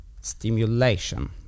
stimulation